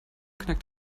knackt